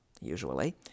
usually